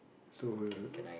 so